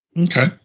Okay